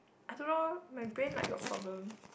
I don't know my brain like got problem